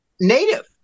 Native